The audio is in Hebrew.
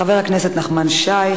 חבר הכנסת נחמן שי,